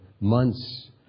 months